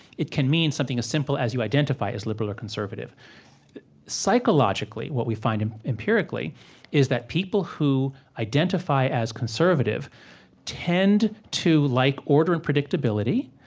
it can mean something as simple as, you identify as liberal or conservative psychologically, what we find empirically is that people who identify as conservative tend to like order and predictability.